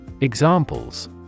Examples